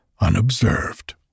unobserved